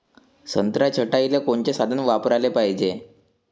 संत्रा छटाईले कोनचे साधन वापराले पाहिजे?